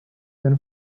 than